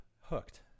hooked